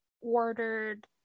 ordered